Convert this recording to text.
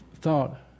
thought